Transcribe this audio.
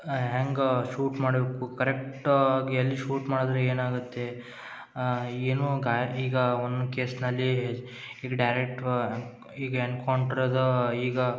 ಹ್ಯಾಂಗಾ shoot ಮಾಡಬೇಕು correct ಆಗಿ ಎಲ್ಲಿ ಶೂಟ್ ಮಾಡಿದರೆ ಏನಾಗುತ್ತೆ ಏನೋ ಗಾ ಈಗ ಒಂದು ಕೇಸ್ನಲ್ಲೀ ಈಗ ಡೈರೆಕ್ಟು ಈಗ ಎನ್ಕೌಂಟ್ರುದೂ ಈಗ